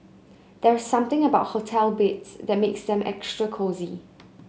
there's something about hotel beds that makes them extra cosy